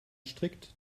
strikt